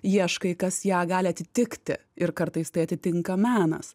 ieškai kas ją gali atitikti ir kartais tai atitinka menas